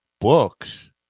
books